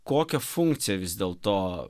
kokią funkciją vis dėl to